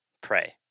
pray